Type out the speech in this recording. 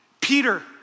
Peter